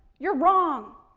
you're wrong.